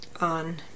on